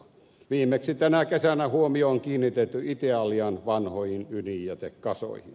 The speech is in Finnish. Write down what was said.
viimeksi tänä kesänä huomio on kiinnitetty italian vanhoihin ydinjätekasoihin